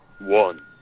one